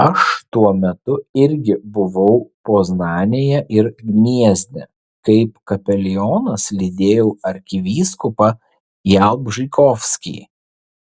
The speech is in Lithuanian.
aš tuo metu irgi buvau poznanėje ir gniezne kaip kapelionas lydėjau arkivyskupą jalbžykovskį